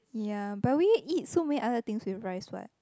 ya but we eat so many other things with rice [what]